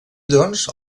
doncs